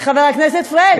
חבר הכנסת פריג'.